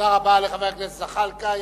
תודה רבה לחבר הכנסת זחאלקה.